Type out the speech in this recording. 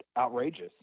outrageous